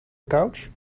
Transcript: couch